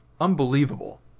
unbelievable